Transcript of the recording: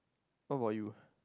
what about you